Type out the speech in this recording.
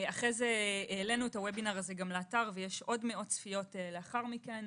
אחרי זה העלינו את הוובינר הזה גם לאתר ויש עוד מאות צפיות לאחר מכן.